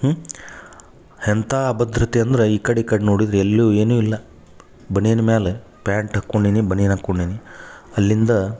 ಹ್ಞೂ ಎಂಥ ಅಭದ್ರತೆ ಅಂದ್ರೆ ಈ ಕಡೆ ಈ ಕಡೆ ನೋಡಿದ್ರೆ ಎಲ್ಲು ಏನು ಇಲ್ಲ ಬನಿಯನ್ ಮ್ಯಾಲ ಪ್ಯಾಂಟ್ ಹಾಕೊಂಡೇನಿ ಬನಿಯನ್ ಹಾಕೊಂಡೇನಿ ಅಲ್ಲಿಂದ